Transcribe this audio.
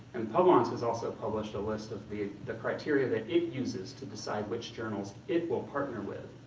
and publons has also published a list of the the criteria that it uses to decide which journals it will partner with,